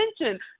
attention